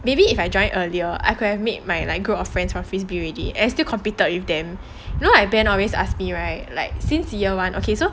maybe if I joined earlier I could have made my like group of friends from frisbee already and still competed with them you know ben always ask me right like since year one okay so